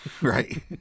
Right